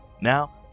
Now